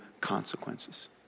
consequences